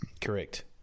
Correct